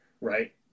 right